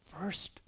first